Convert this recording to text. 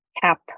CAP